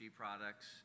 products